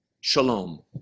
Shalom